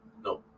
No